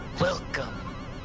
Welcome